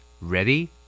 Ready